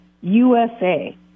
USA